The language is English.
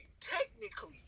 Technically